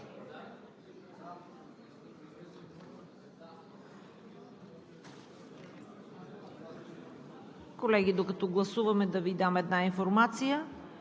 Колеги, докато гласуваме, да Ви дам една информация.